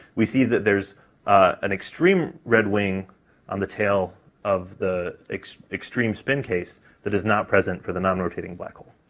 we see that there's an extreme red wing on the tail of the extreme spin case that is not present for the non-rotating black hole.